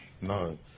No